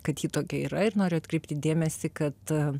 kad ji tokia yra ir noriu atkreipti dėmesį kad